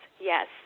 Yes